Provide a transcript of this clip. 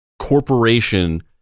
corporation